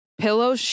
Pillow